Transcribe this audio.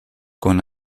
con